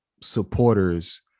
supporters